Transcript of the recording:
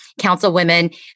councilwomen